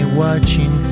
watching